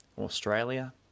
Australia